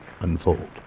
...unfold